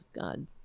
God